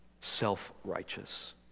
self-righteous